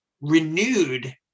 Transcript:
renewed